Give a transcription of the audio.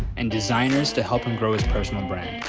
and designers, to help him grow his personal brand.